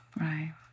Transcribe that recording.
right